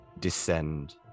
descend